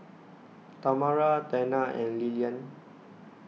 Tamara Tana and Lilyan